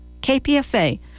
KPFA